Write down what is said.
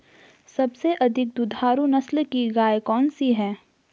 सबसे अधिक दुधारू नस्ल की गाय कौन सी है?